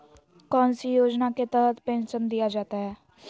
कौन सी योजना के तहत पेंसन दिया जाता है?